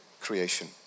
creation